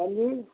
ਹਾਂਜੀ